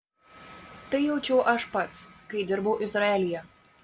tai jaučiau aš pats kai dirbau izraelyje